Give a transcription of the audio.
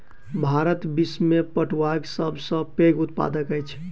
भारत विश्व में पटुआक सब सॅ पैघ उत्पादक अछि